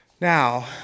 Now